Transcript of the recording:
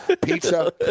pizza